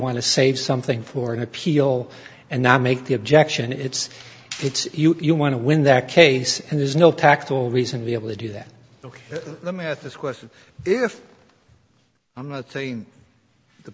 want to save something for an appeal and not make the objection it's it's you you want to win that case and there's no tactful reason to be able to do that ok let me ask this question if i'm not saying the